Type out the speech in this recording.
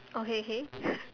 okay K K